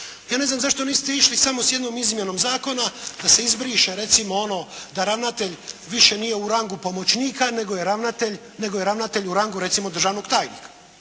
Ja ne znam zašto niste išli samo sa jednom izmjenom zakona, da se izbriše recimo ono da ravnatelj više nije u rangu pomoćnika nego je ravnatelj u rangu recimo državnog tajnika